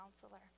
Counselor